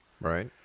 right